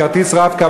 כרטיס רב-קו,